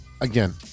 again